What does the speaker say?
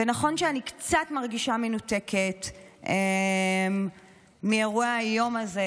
ונכון שאני קצת מרגישה מנותקת מאירועי היום הזה,